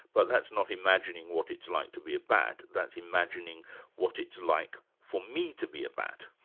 but that's not imagining what it's like to be a bat, that's imagining what it's like for me to be a bat.